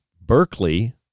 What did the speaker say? Berkeley